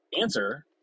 answer